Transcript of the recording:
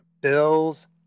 Bills